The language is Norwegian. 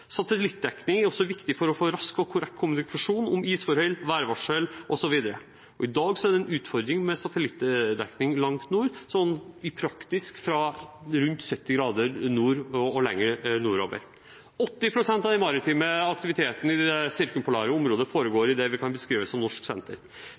Satellittdekning er også viktig, for å få rask og korrekt kommunikasjon om isforhold, værvarsel osv. I dag er det en utfordring med satellittdekning langt nord, i praksis fra rundt 70 grader nord og lenger nordover. 80 pst. av den maritime aktiviteten i det sirkumpolare området foregår